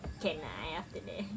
can lah eh after that